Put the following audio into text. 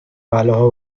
بلاها